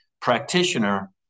practitioner